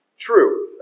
True